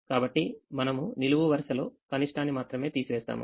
కాబట్టి మనమునిలువు వరుసలో కనిష్టాన్ని మాత్రమే తీసి వేస్తాము